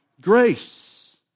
grace